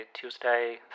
Tuesday